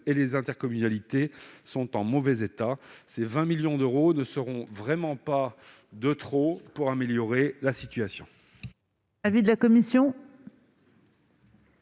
ou les intercommunalités sont en mauvais état. Ces 20 millions d'euros ne seront donc vraiment pas de trop pour améliorer la situation.